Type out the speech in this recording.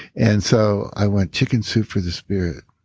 and so i went, chicken soup for the spirit,